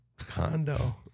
condo